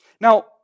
Now